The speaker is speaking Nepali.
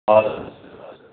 हजुर हजुर